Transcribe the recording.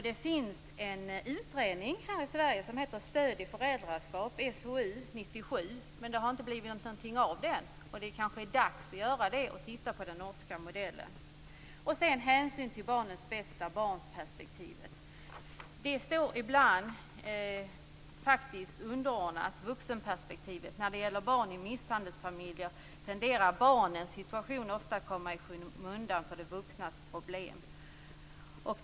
Det finns en utredning, Stöd i föräldraskap, SOU 1997:161, men det har inte blivit något av den utredningen. Det är kanske dags att titta på den norska modellen. Hänsyn till barnens bästa och barnperspektivet står ibland faktiskt underordnat vuxenperspektivet. När det gäller barn i misshandelsfamiljer tenderar barnens situation ofta komma i skymundan för de vuxnas problem.